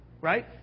Right